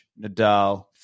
Nadal